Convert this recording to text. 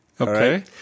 Okay